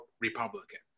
Republican